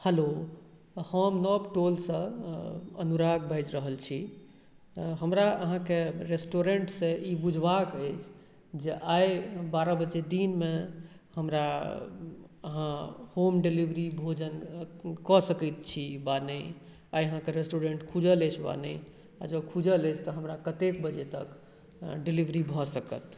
hello हम नव टोल सऽ अनुराग बाजि रहल छी हमरा अहाँके रेस्टुरेंट सऽ ई बुझबाक अछि जे आइ बारह बजे दिनमे हमरा अहाँ होम डिलेवरी भोजन कऽ सकैत छी वा नहि आइ अहाँके रेस्टुरेंट खूजल अछि वा नहि आ जॅं खूजल अछि तऽ हमरा कतेक बजे तक डिलेवरी भऽ सकत